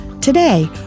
Today